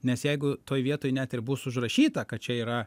nes jeigu toj vietoj net ir bus užrašyta kad čia yra